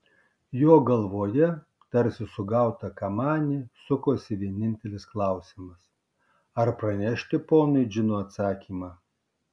jo galvoje tarsi sugauta kamanė sukosi vienintelis klausimas ar pranešti ponui džino atsakymą